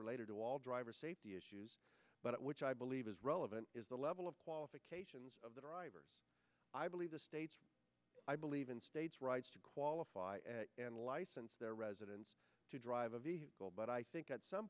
related to all driver safety issues but which i believe is relevant is the level of qualifications of the driver i believe the states i believe in states rights to qualify and license their residents to drive a vehicle but i think at some